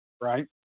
right